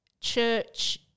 church